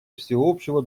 всеобщего